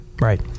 right